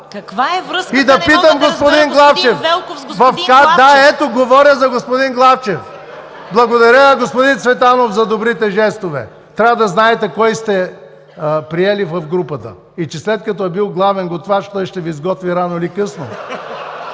Каква е връзката не мога да разбера, господин Велков, с господин Главчев? СЛАВЧО ВЕЛКОВ: Да, ето, говоря за господин Главчев. (Смях и оживление.) Благодаря, господин Цветанов, за добрите жестове. Трябва да знаете кого сте приели в групата и че след като е бил главен готвач, той ще Ви сготви рано или късно.